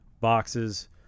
boxes